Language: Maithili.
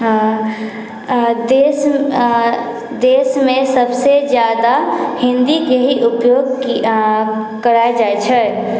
हँ देश देशमे सभसँ जादा हिन्दीके ही उपयोग करल जाइत छै